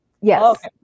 Yes